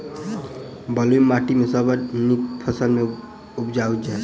बलुई माटि मे सबसँ नीक फसल केँ उबजई छै?